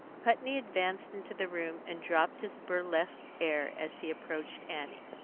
putney advanced into the room, and dropped his burlesque air as he approached annie.